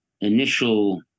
initial